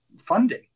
funding